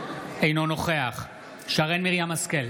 אינו נוכח שרן מרים השכל,